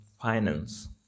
finance